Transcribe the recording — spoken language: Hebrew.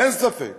אין ספק